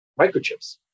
microchips